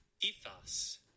ethos